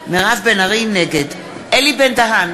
נגד אלי בן-דהן,